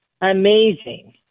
amazing